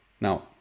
Now